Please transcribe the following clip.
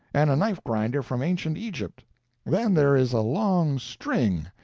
and a knife-grinder from ancient egypt then there is a long string,